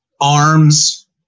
arms